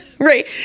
Right